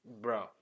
bro